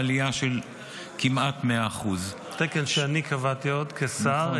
עלייה של כמעט 100%. תקן שאני קבעתי עוד כשר,